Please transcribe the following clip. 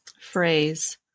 Phrase